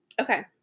Okay